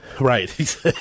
Right